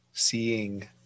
seeing